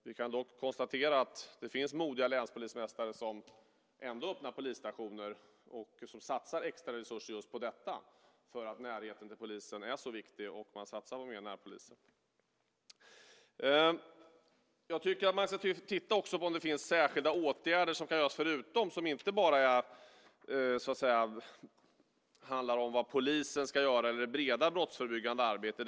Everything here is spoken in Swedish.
Vi kan dock konstatera att det finns modiga länspolismästare som ändå öppnar polisstationer och som satsar extra resurser därför att närheten till polisen är så viktig och de vill satsa på fler närpoliser. Man ska titta på om det kan vidtas särskilda åtgärder förutom vad polisen ska göra eller det breda brottsförebyggande arbetet.